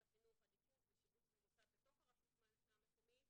החינוך עדיפות לשיבוץ במוסד בתוך הרשות המקומית,